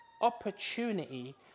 opportunity